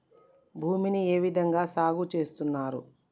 భూమిని ఏ విధంగా సాగు చేస్తున్నారు?